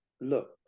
look